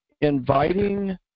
inviting